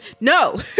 no